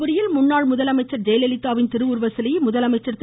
அன்பழகன் தர்மபுரியில் முன்னாள் முதலமைச்சர் ஜெயலலிதாவின் திருவுருவ சிலையை முதலமைச்சர் திரு